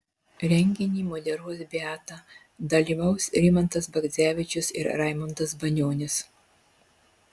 renginį moderuos beata dalyvaus rimantas bagdzevičius ir raimundas banionis